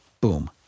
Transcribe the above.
boom